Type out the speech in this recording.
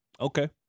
Okay